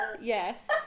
yes